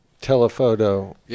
telephoto